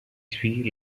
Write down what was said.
suit